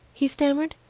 he stammered.